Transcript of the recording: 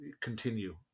continue